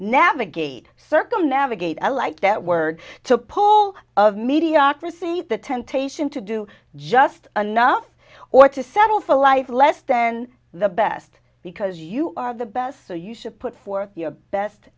navigate circle navigate i like that word to pull of mediocrity the temptation to do just enough or to settle for life less than the best because you are the best so you should put forth your best